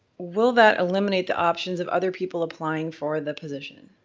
will that eliminate the options of other people applying for the position?